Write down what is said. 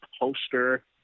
poster